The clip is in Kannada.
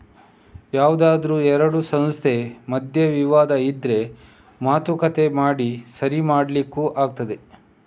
ಯಾವ್ದಾದ್ರೂ ಎರಡು ಸಂಸ್ಥೆ ಮಧ್ಯೆ ವಿವಾದ ಇದ್ರೆ ಮಾತುಕತೆ ಮಾಡಿ ಸರಿ ಮಾಡ್ಲಿಕ್ಕೂ ಆಗ್ತದೆ